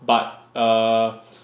but err